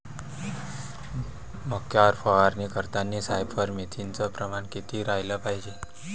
मक्यावर फवारनी करतांनी सायफर मेथ्रीनचं प्रमान किती रायलं पायजे?